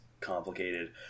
complicated